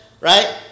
right